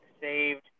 saved